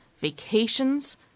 vacations